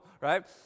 Right